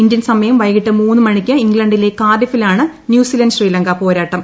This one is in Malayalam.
ഇന്ത്യൻ സമയം വൈകിട്ട് മൂന്ന് മണിക്ക് ഇംഗ്ലണ്ടിലെ കാർഡിഫിലാണ് ന്യൂസിലന്റ് ശ്രീലങ്ക പോരാട്ടം